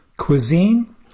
Cuisine